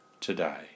today